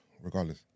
regardless